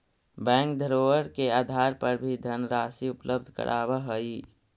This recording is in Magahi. बैंक धरोहर के आधार पर भी धनराशि उपलब्ध करावऽ हइ